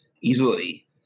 easily